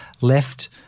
left